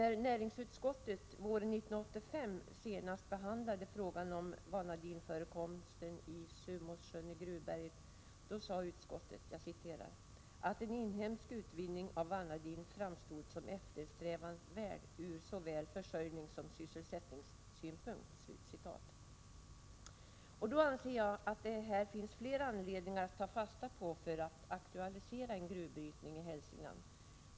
När näringsutskottet våren 1985 senast behandlade frågan om vanadinförekomsten i Sumåssjön i Gruvberget sade utskottet att en inhemsk utvinning av vanadin framstod som eftersträvansvärd ur såväl försörjningssom sysselsättningssynpunkt. Jag anser att det finns flera anledningar att ta fasta på när det gäller att aktualisera en gruvbrytning i Hälsingland.